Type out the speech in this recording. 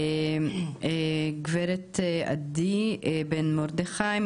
גב' עדי בן מרדכי,